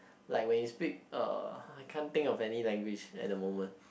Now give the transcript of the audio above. like when you speak uh I can't think of any language at the moment